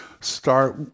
start